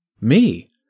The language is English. Me